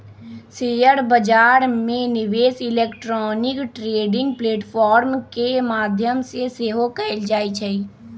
share बजार में निवेश इलेक्ट्रॉनिक ट्रेडिंग प्लेटफॉर्म के माध्यम से सेहो कएल जाइ छइ